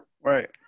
Right